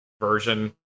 version